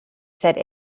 said